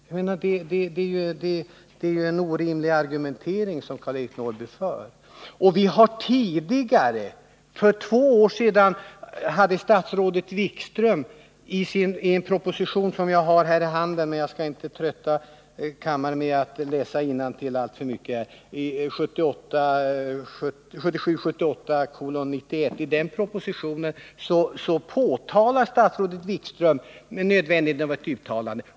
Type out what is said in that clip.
Jag menar att det är en orimlig argumentering som Karl-Eric Norrby för. Jag har här propositionen 1977/78:91, men jag skall inte trötta kammaren med att läsa innantill alltför mycket. I denna proposition påpekade emellertid statsrådet Wikström — alltså för två år sedan — nödvändigheten av ett uttalande.